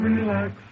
Relax